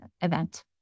event